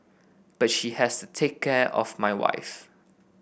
but she has to take care of my wife